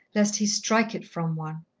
lest he strike it from one.